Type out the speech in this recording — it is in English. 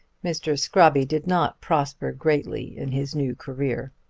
mr. scrobby did not prosper greatly in his new career.